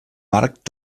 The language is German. markt